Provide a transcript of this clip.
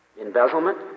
Embezzlement